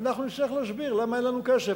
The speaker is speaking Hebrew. אנחנו נצטרך להסביר למה אין לנו כסף,